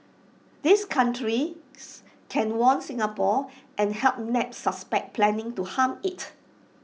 these countries can warn Singapore and help nab suspects planning to harm IT